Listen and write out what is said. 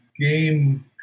game